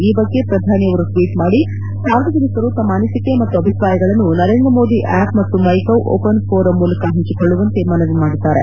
ಈ ಬಗ್ಗೆ ಪ್ರಧಾನಿ ಅವರು ಟ್ವೀಟ್ ಮಾದಿ ಸಾರ್ವಜನಿಕರು ತಮ್ಮ ಅನಿಸಿಕೆ ಮತ್ತು ಅಭಿಪ್ರಾಯಗಳನ್ನು ನರೇಂದ್ರ ಮೋದಿ ಆಪ್ ಮತ್ತು ಮೈ ಗೌ ಓಪನ್ ಫೋರಂ ಮೂಲಕ ಹಂಚಿಕೊಳ್ಳುವಂತೆ ಮನವಿ ಮಾಡಿದ್ದಾರೆ